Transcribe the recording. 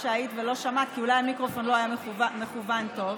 או שהיית ולא שמעת כי אולי המיקרופון לא היה מכוון טוב.